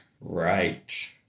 Right